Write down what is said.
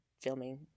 filming